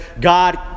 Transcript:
God